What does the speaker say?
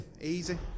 easy